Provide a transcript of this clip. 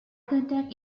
contact